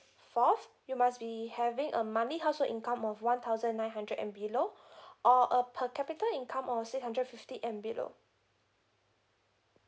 fourth you must be having a monthly household income of one thousand nine hundred and below or a per capita income of six hundred fifty and below